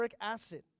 acid